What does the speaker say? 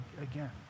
again